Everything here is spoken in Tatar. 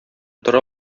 тора